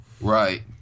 right